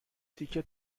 تیکه